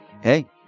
hey